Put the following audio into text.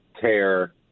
tear